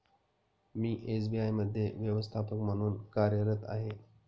मी SBI मध्ये व्यवस्थापक म्हणून कार्यरत आहे